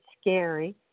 scary